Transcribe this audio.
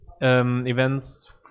events